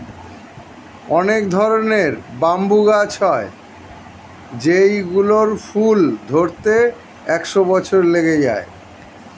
অনেক ধরনের ব্যাম্বু গাছ হয় যেই গুলোর ফুল ধরতে একশো বছর লেগে যায়